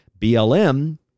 BLM